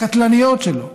הקטלניות שלו.